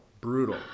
brutal